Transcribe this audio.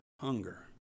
hunger